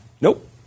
nope